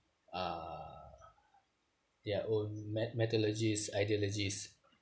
uh their own met~ methodologies ideologies